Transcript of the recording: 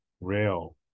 rail